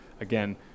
again